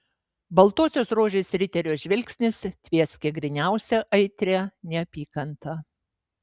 baltosios rožės riterio žvilgsnis tvieskė gryniausia aitria neapykanta